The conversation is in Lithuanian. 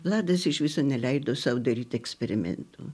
vladas iš viso neleido sau daryt eksperimentų